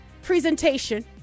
presentation